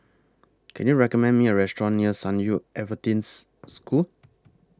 Can YOU recommend Me A Restaurant near San Yu Adventists School